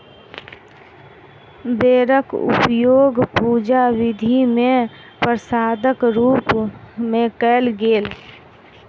बेरक उपयोग पूजा विधि मे प्रसादक रूप मे कयल गेल